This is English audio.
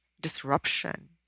disruption